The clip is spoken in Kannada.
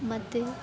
ಮತ್ತು